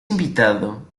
invitado